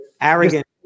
arrogant